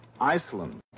Iceland